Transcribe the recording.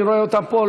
אני רואה אותם פה,